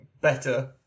better